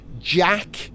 Jack